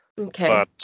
Okay